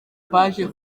paji